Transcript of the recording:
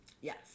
Yes